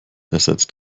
ersetzt